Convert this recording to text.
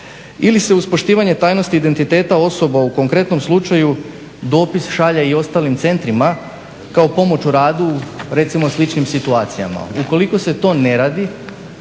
ili se uz poštivanje tajnosti identiteta osoba u konkretnom slučaju dopis šalje i ostalim centrima kao pomoć u radu u recimo sličnim situacijama? Ukoliko se to ne radi